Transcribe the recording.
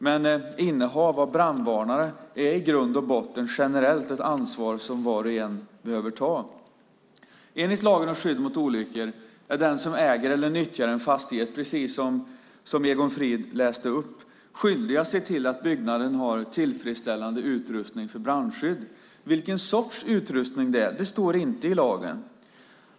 Men innehav av brandvarnare är i grund och botten generellt ett ansvar som var och en behöver ta. Enligt lagen om skydd mot olyckor är den som äger eller nyttjar en fastighet, precis som Egon Frid läste upp, skyldig att se till att byggnaden har en tillfredsställande utrustning för brandskydd. Vilken sorts utrustning det är står inte i lagen.